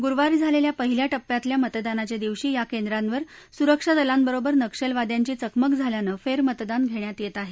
गुरुवारी झालेल्या पहिल्या टप्प्यातल्या मतदानाच्या दिवशी या केंद्रांवर सुरक्षादलांबरोबर नक्षलवाद्यांची चकमक झाल्यानं फेरमतदान घेण्यात येत आहे